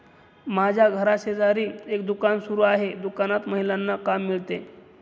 माझ्या घराशेजारी एक दुकान सुरू आहे दुकानात महिलांना काम मिळते